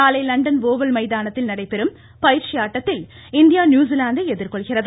நாளை London Oval மைதானத்தில் நடைபெறும் பயிற்சி ஆட்டத்தில் இந்தியா நியூசிலாந்தை எதிர்கொள்கிறது